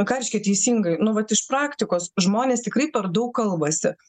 ką reiškia teisingai nu vat iš praktikos žmonės tikrai per daug kalbasi